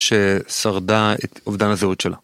ששרדה את עובדן הזהות שלה.